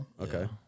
Okay